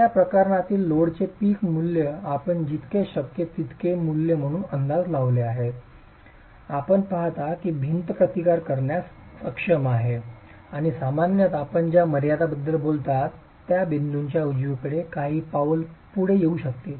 तर या प्रकरणातील लोडचे पीक मूल्य आपण जितके शक्य तितके मूल्य म्हणून अंदाज लावले आहे आपण पाहता की भिंत प्रतिकार करण्यास सक्षम आहे आणि सामान्यत आपण ज्या मर्यादा बद्दल बोलत आहात त्या बिंदूच्या उजवीकडे काही पाऊल पुढे येऊ शकते